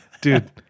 Dude